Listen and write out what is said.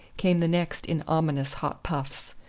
came the next in ominous hot puffs.